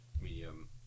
medium